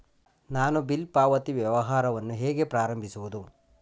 ನಾನು ಬಿಲ್ ಪಾವತಿ ವ್ಯವಹಾರವನ್ನು ಹೇಗೆ ಪ್ರಾರಂಭಿಸುವುದು?